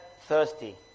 thirsty